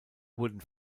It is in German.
wurden